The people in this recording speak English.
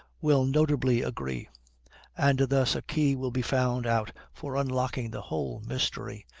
will notably agree and thus a key will be found out for unlocking the whole mystery,